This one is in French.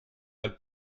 mal